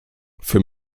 für